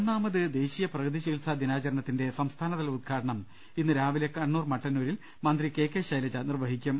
ഒന്നാമത് ദേശീയ പ്രകൃതിചികിത്സാ ദിനാചരണ ത്തിന്റെ സംസ്ഥാനതല ഉദ്ഘാടനം ഇന്ന് രാവിലെ കണ്ണൂർ മട്ടന്നൂരിൽ മന്ത്രി കെ കെ ശൈലജ നിർവഹി ക്കും